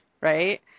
right